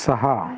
सहा